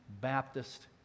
Baptist